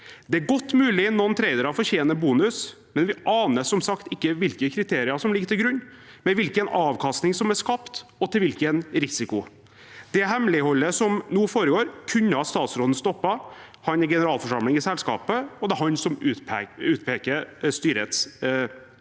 Det er godt mulig at noen tradere fortjener bonus, men vi aner som sagt ikke hvilke kriterier som ligger til grunn, hvilken avkastning som er skapt, og til hvilken risiko. Det hemmeligholdet som nå foregår, kunne statsråden stoppet. Han er generalforsamling i selskapet, og det er han som utpeker styrets medlemmer.